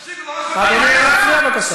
אדוני, לא להפריע, בבקשה.